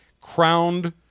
crowned